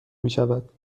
میشود